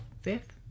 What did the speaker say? fifth